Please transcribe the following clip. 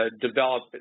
develop